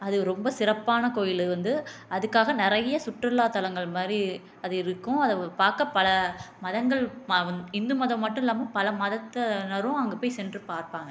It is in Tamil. அது ரொம்ப சிறப்பானக் கோயில் வந்து அதுக்காக நிறையா சுற்றுலாத்தலங்கள் மாதிரி அது இருக்கும் அதை பார்க்க பல மதங்கள் இந்து மதம் மட்டும் இல்லாமல் பல மதத்தினரும் அங்கே போய் சென்று பார்ப்பாங்க